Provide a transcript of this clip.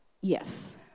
Yes